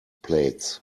plates